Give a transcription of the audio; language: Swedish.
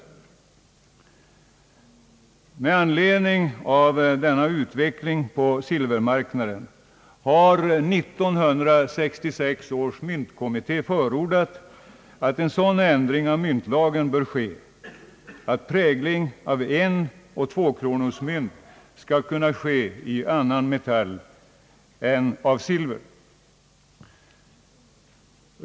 Med anledning av denna utveckling på silvermarknaden har 1966 års myntkommitté förordat att en sådan ändring av myntlagen bör göras att prägling av enoch tvåkronorsmynt skall kunna ske i annan metall än silver.